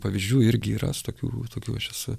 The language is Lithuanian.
pavyzdžių irgi yra su tokių tokių aš esu